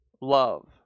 Love